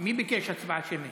מי ביקש הצבעה שמית?